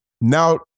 Now